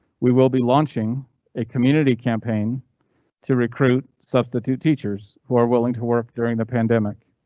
we will be launching a community campaign to recruit, substitute teachers who are willing to work during the pandemic.